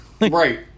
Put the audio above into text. right